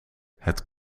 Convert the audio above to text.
het